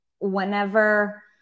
whenever